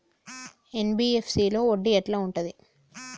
NBFC లో వడ్డీ ఎట్లా ఉంటది?